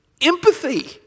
empathy